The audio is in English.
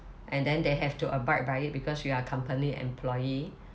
and then they have to abide by it because you are company employee